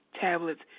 tablets